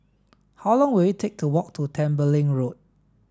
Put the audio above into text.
how long will it take to walk to Tembeling Road